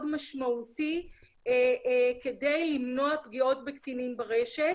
משמעותי כדי למנוע פגיעות בקטינים ברשת,